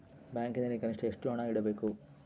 ಬ್ಯಾಂಕಿನಲ್ಲಿ ಕನಿಷ್ಟ ಎಷ್ಟು ಹಣ ಇಡಬೇಕು?